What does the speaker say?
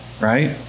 Right